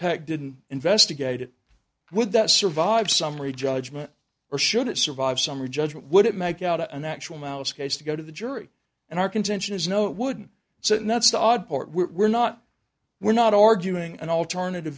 pack didn't investigate it would that survive summary judgment or should it survive summary judgment would it make out an actual mouse case to go to the jury and our contention is no it wouldn't so and that's the odd part we're not we're not arguing an alternative